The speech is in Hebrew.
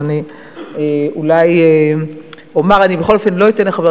אז אני אולי אומר: אני בכל אופן לא אתן לחבר